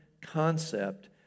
concept